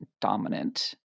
dominant